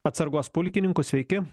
atsargos pulkininku sveiki